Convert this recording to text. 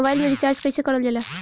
Mobile में recharge कइसे करल जाला?